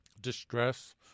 distress